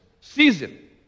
season